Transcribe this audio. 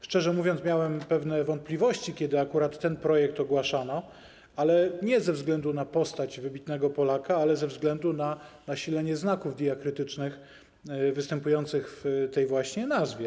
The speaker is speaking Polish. Szczerze mówiąc, miałem pewne wątpliwości, kiedy ogłaszano ten projekt, ale nie ze względu na postać wybitnego Polaka, ale ze względu na nasilenie znaków diakrytycznych występujących w tej nazwie.